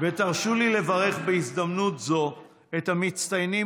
תרשו לי לברך בהזדמנות זו את המצטיינים